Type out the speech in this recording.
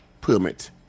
permit